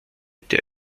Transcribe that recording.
der